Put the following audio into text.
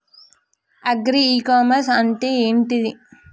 Agri e commerce అంటే ఏంటిది?